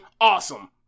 Awesome